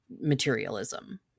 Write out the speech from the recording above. materialism